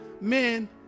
men